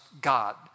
God